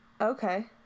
Okay